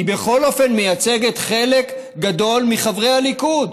היא בכל אופן מייצגת חלק גדול מחברי הליכוד.